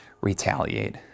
retaliate